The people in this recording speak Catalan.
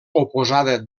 oposada